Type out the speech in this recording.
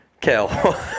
Kale